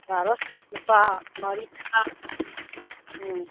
ꯌꯥꯔꯣꯏ ꯅꯨꯄꯥ ꯃꯔꯤ ꯃꯉꯥ ꯎꯝ